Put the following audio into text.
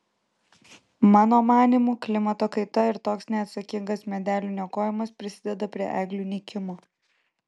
mano manymu klimato kaita ir toks neatsakingas medelių niokojimas prisideda prie eglių nykimo